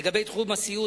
לגבי תחום הסיעוד,